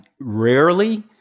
rarely